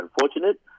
unfortunate